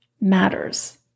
matters